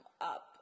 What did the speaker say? up